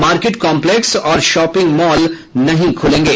market complex और shopping mall नहीं खुलेंगे